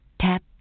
tap